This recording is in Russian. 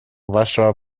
вашего